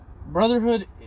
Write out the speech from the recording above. Brotherhood